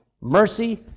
mercy